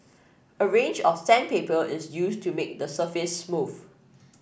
a range of sandpaper is used to make the surface smooth